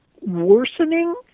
worsening